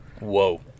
whoa